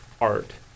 art